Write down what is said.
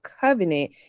covenant